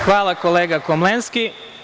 Hvala kolega Komlenski.